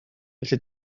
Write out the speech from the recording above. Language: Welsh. felly